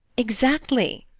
exactly,